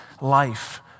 life